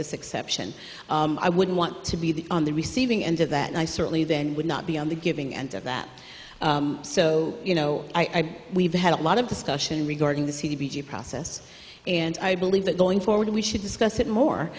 this exception i wouldn't want to be the on the receiving end of that and i certainly then would not be on the giving end of that so you know i we've had a lot of discussion regarding the c b d process and i believe that going forward we should discuss it more